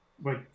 Wait